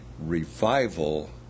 revival